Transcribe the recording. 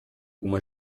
uma